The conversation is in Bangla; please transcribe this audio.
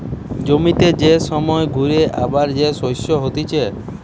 জমিতে যে সময় ঘুরে আবার যে শস্য হতিছে